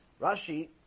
Rashi